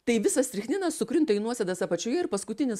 tai visas strichninas sukrinta į nuosėdas apačioje ir paskutinis